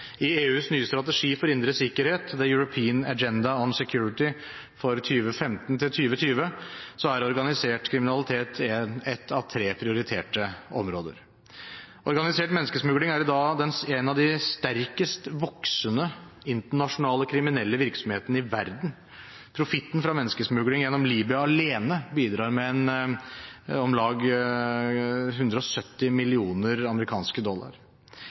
I EUs nye strategi for indre sikkerhet, The European Agenda on Security for 2015–20, er organisert kriminalitet ett av tre prioriterte områder. Organisert menneskesmugling er en av de sterkest voksende internasjonale kriminelle virksomhetene i verden. Profitten fra menneskesmugling gjennom Libya alene bidrar med om lag 170 mill. amerikanske dollar.